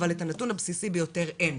אבל את הנתון הבסיסי ביותר - אין.